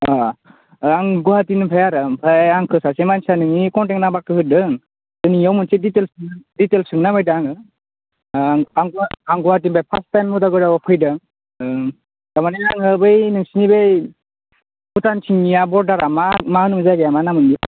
अ आं गुवाहाटिनिफ्राय आरो ओमफ्राय आंखौ सासे मानसिया नोंनि कन्टेक्ट नाम्बारखौ होदों नोंनियाव मोनसे डिटेल्स सोंनो नागिरदों आङो आं गुवाहाटीनिफ्राय फार्स्ट टाइम अदालगुरियाव फैदों तारमाने आङो बै नोंसोरनि बै भुटानथिंनिया बर्डारआ मा होनोमोन जायगाया मा नाम मोन